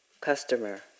Customer